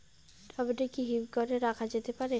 Tomato কি হিমঘর এ রাখা যেতে পারে?